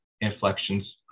inflections